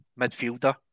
midfielder